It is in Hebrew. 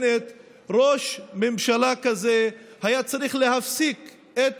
ראש ממשלה כזה היה צריך להפסיק את